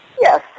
Yes